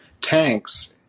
tanks